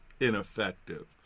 ineffective